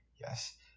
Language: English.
Yes